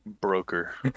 Broker